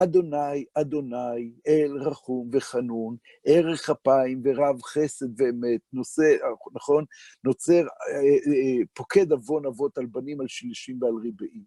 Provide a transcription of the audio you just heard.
ה', ה', אל רחום וחנון, ארך אפיים ורב חסד ואמת, נוצר... פוקד עוון אבות על בנים על שילשים ועל ריבעים.